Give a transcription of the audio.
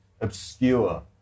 obscure